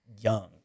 young